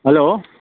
hello